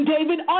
David